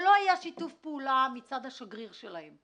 אבל לא היה שיתוף פעולה מצד השגריר שלהם.